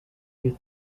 you